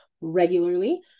regularly